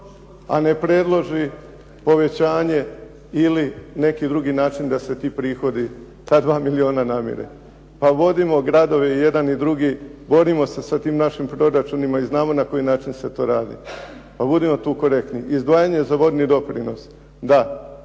A ne predloži povećanje ili neki drugi način da se ti prihodi, ta dva milijuna namire. Pa vodimo gradove jedan i drugi, borimo se sa tim našim proračunima i znamo na koji način se to radi. Pa budimo tu korektni. Izdvajanje za vodni doprinos, da